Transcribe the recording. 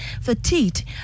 fatigued